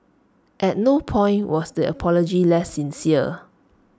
at no point was the apology less sincere